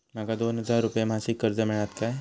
माका दोन हजार रुपये मासिक कर्ज मिळात काय?